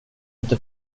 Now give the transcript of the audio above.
inte